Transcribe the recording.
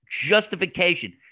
justification